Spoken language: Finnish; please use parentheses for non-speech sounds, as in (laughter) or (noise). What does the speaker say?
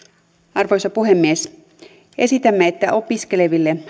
arvoisa puhemies esitämme että opiskeleville (unintelligible)